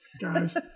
guys